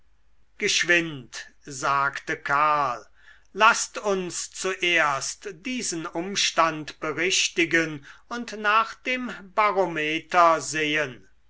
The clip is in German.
geschwind sagte karl laßt uns zuerst diesen umstand berichtigen und nach dem barometer sehen